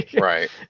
Right